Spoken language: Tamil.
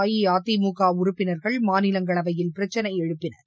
அஇஅதிமுக உறுப்பினர்கள் மாநிலங்களவையில் பிரச்சினை எழுப்பினர்